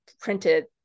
printed